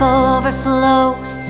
overflows